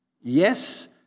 Yes